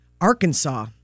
Arkansas